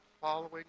following